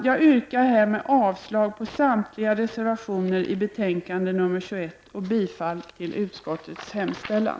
Jag yrkar härmed avslag på samtliga reservationer till betänkande nr 21 och bifall till utskottets hemställan.